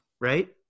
right